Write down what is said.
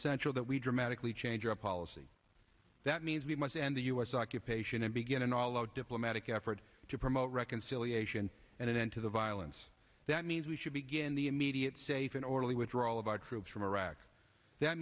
essential that we dramatically change our policy that means we must end the u s occupation and begin an all out diplomatic effort to promote reconciliation and an end to the violence that means we should begin the immediate safe and orderly withdrawal of our troops from iraq that